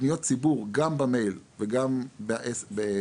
פניות ציבור גם במייל וגם ב-SMS,